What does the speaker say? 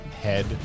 head